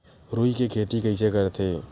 रुई के खेती कइसे करथे?